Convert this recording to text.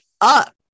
up